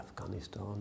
Afghanistan